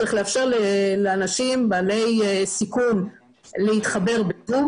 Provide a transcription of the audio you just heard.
צריך לאפשר לאנשים בעלי סיכון להתחבר ב-זום,